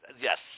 Yes